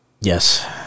Yes